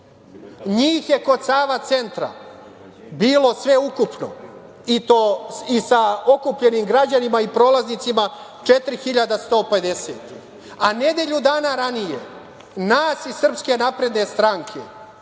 Njih je kod Sava Centra bilo sve ukupno i to sa okupljenim građanima i prolaznicima 4.150, a nedelju dana ranije nas iz SNS je bilo u i oko